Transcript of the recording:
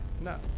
No